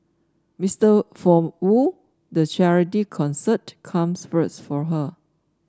Mister for Wu the charity concert comes first for her